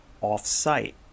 off-site